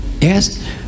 Yes